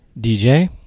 DJ